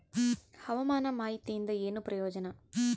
ಹವಾಮಾನ ಮಾಹಿತಿಯಿಂದ ಏನು ಪ್ರಯೋಜನ?